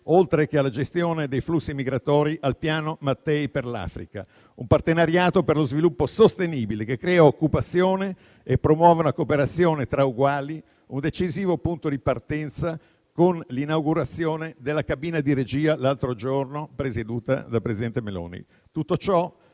oltre che alla gestione dei flussi migratori, al Piano Mattei per l'Africa: un partenariato per lo sviluppo sostenibile che crea occupazione e promuove una cooperazione tra uguali, un decisivo punto di partenza con l'inaugurazione, avvenuta l'altro giorno, della cabina di regia presieduta dal presidente del